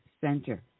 center